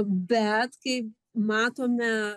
bet kai matome